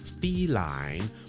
feline